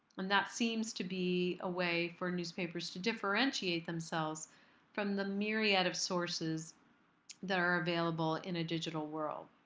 and that seems to be a way for newspapers to differentiate themselves from the myriad of sources that are available in a digital world.